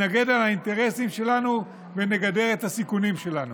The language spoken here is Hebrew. נגן על האינטרסים שלנו ונגדר את הסיכונים שלנו.